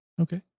Okay